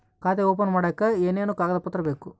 ಖಾತೆ ಓಪನ್ ಮಾಡಕ್ಕೆ ಏನೇನು ಕಾಗದ ಪತ್ರ ಬೇಕು?